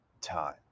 time